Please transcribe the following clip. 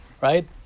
right